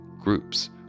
Groups